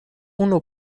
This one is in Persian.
اونو